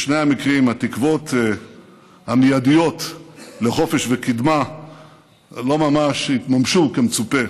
בשני המקרים התקוות המיידיות לחופש וקדמה לא ממש התממשו כמצופה.